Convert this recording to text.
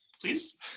please